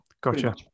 gotcha